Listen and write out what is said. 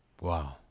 Wow